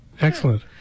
Excellent